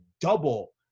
double